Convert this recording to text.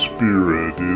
Spirit